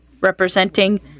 representing